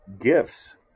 gifts